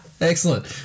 Excellent